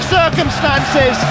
circumstances